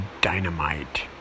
dynamite